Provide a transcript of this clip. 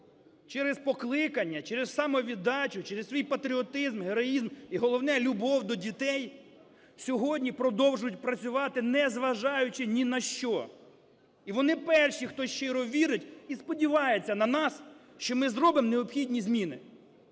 через покликання, через самовіддачу, через свій патріотизм, героїзм і, головне, любов до дітей сьогодні продовжують працювати, незважаючи ні на що. І вони перші, хто щиро вірить і сподіваються на нас, що ми зробимо необхідні зміни.